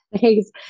Thanks